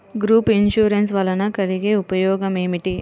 Group insurance వలన కలిగే ఉపయోగమేమిటీ?